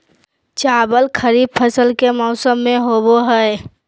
चावल खरीफ फसल के मौसम में होबो हइ